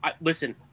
listen